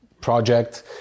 project